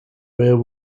where